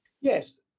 yes